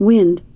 Wind